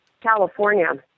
California